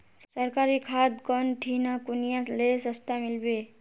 सरकारी खाद कौन ठिना कुनियाँ ले सस्ता मीलवे?